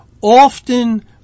often